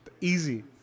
Easy